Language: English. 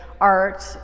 art